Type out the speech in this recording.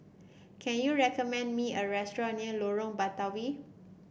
can you recommend me a restaurant near Lorong Batawi